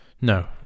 No